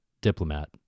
diplomat